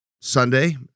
Sunday